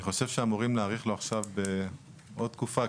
אני חושב שאמורים להאריך לו עכשיו עוד תקופה,